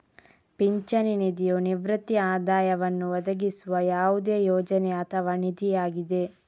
ಪಿಂಚಣಿ ನಿಧಿಯು ನಿವೃತ್ತಿ ಆದಾಯವನ್ನು ಒದಗಿಸುವ ಯಾವುದೇ ಯೋಜನೆ ಅಥವಾ ನಿಧಿಯಾಗಿದೆ